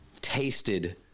tasted